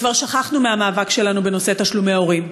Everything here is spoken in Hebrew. וכבר שכחנו מהמאבק שלנו בנושא תשלומי הורים,